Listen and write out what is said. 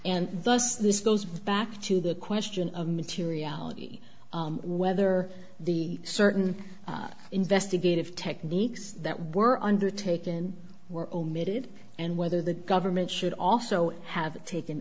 and thus this goes back to the question of materiality whether the certain investigative techniques that were undertaken were omitted and whether the government should also have taken